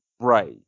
Right